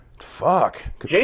Fuck